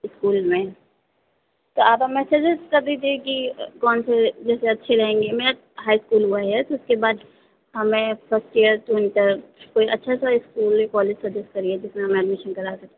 school में तो आप मैसेजेज कर दीजिए कि कौन से जैसे अच्छी रहेंगे मैं हाई स्कूल हुआ है अब उसके बाद हमें फर्स्ट ईयर टू इंटर कोई अच्छा स ईस्कूल कॉलेज सजेस्ट करिए जिसमें हम एडमिसन करा सकें